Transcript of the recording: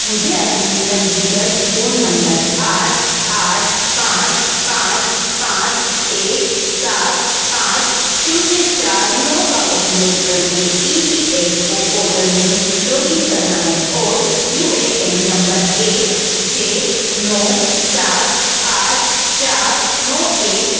मुझे अपने पंजीक्रत फ़ोन नंबर आठ आठ पाँच पाँच पाँच एक सात पाँच शून्य चार नौ का उपयोग करके E P F O portal में लोगिन करना है और U A A N number एक छ नौ सात आठ चार नौ एक